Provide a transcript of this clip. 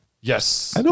Yes